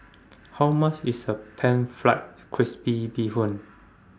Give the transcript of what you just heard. How much IS A Pan Fried Crispy Bee Hoon